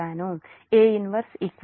A 1 13 A conjugateT